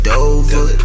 Dover